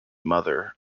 mother